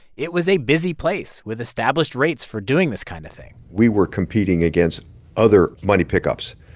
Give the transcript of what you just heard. it was a busy place with established rates for doing this kind of thing we were competing against other money pickups.